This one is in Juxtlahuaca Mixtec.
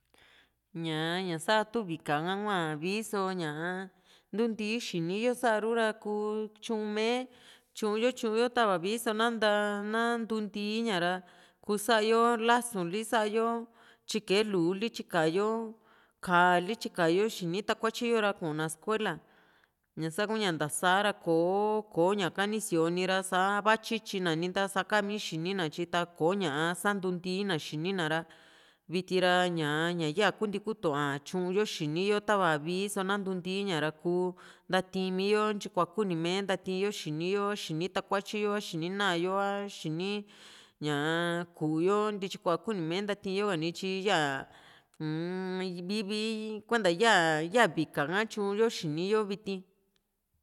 ñá ña sa´tu vika´a hua vii so ñaa nti ntii xini yo sa´ru ra kuu tyuuu´me tyu´yo tyu´yo tava vii so na ntuu ntii ña ra kuu sa´yo lasu li sa´a yo tyikae luli tyika yo ka´a li tyikayo xini takuatyi yo ra kuu na escuela ñaku ña sahua ntasa´ra kò´o ko´ña ni sioni ra iva tyityi na ninta saka mi xinina nityi ta ko´ñaa sa ntintii na xinina ra viti ra ña ña yaa kuntii kutua tyuu´yo xini yo tava vii so na nuntii´ña ra kuu ntati´n mii yo ntyikua kuni me ntatiyo xini yo xini takuatyi yo a xini ná´ayo a xini ñaa ku´u yo ntyikua kuni´mee ntaii´nyo´a nityi yaa uu-m vii vii kuenta yaa vika ka tyuyo xini yo viti